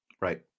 right